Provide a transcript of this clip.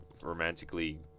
romantically